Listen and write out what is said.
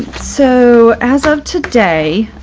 so as of today,